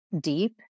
deep